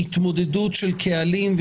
עוסקים בשאלה איך מגלים חומרי חקירה שבראייתנו